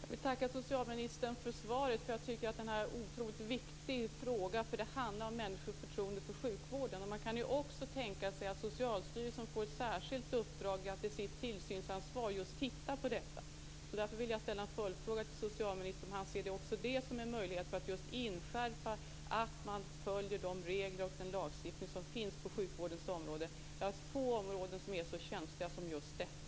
Fru talman! Jag vill tacka socialministern för svaret. Jag tycker att detta är en otroligt viktig fråga, för det handlar om människors förtroende för sjukvården. Man kan ju också tänka sig att Socialstyrelsen får ett särskilt uppdrag att i sitt tillsynsansvar se över detta. Därför vill jag ställa en följdfråga till socialministern om han ser också det som en möjlighet att just inskärpa att man följer de regler och den lagstiftning som finns på sjukvårdens område. Det är få områden som är så känsliga som just detta.